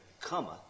cometh